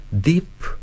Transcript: deep